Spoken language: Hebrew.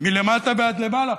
מלמטה ועד למעלה,